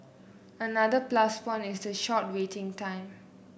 another plus point is the short waiting time